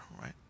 right